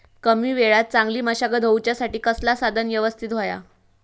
कमी वेळात चांगली मशागत होऊच्यासाठी कसला साधन यवस्तित होया?